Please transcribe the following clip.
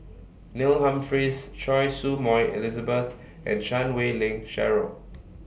Neil Humphreys Choy Su Moi Elizabeth and Chan Wei Ling Cheryl